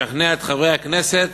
לשכנע את חברי הכנסת